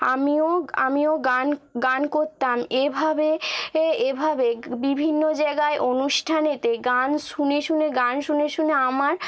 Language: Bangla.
আমিও আমিও গান গান করতাম এভাবে এএভাবে বিভিন্ন জায়গায় অনুষ্ঠানেতে গান শুনে শুনে গান শুনে শুনে আমার